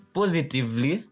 positively